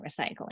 recycling